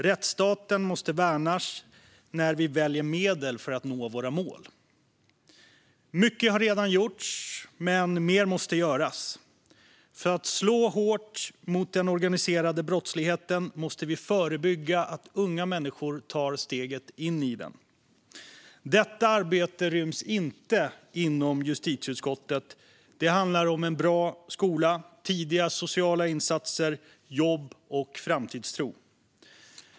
Rättsstaten måste värnas när vi väljer medel för att nå våra mål. Mycket har redan gjorts, men mer måste göras. För att slå hårt mot den organiserade brottsligheten måste vi förebygga att unga människor tar steget in i den. Detta arbete ryms inte inom justitieutskottet. Det handlar om en bra skola, tidiga sociala insatser, jobb och framtidstro.